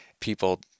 people